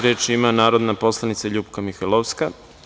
Reč ima narodna poslanica Ljupka Mihajslovska.